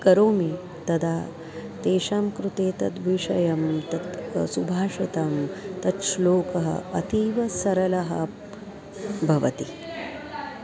करोमि तदा तेषां कृते तद्विषयं तत् सुभाषितं तत् श्लोकः अतीवसरलः भवति